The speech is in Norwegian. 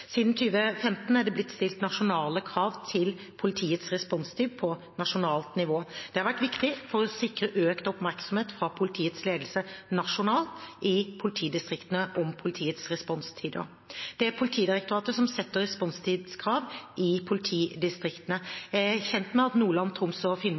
Siden 2015 er det blitt stilt nasjonale krav til politiets responstid på nasjonalt nivå. Det har vært viktig for å sikre økt oppmerksomhet fra politiets ledelse nasjonalt i politidistriktene om politiets responstider. Det er Politidirektoratet som setter responstidskrav til politidistriktene. Jeg er kjent med at Nordland, Troms og Finnmark